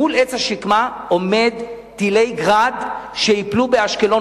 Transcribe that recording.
מול עץ השקמה עומדים טילי "גראד" שייפלו באשקלון,